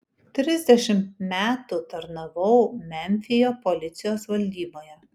trisdešimt metų tarnavau memfio policijos valdyboje